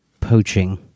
poaching